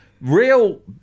real